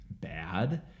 bad